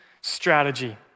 strategy